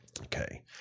Okay